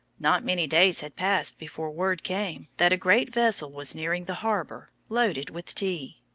not many days had passed before word came that a great vessel was nearing the harbor, loaded with tea.